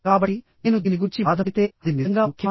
కాబట్టి నేను దీని గురించి బాధపడితే అది నిజంగా ముఖ్యమా